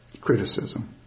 criticism